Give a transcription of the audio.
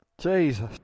Jesus